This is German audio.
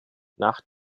nach